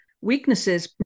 weaknesses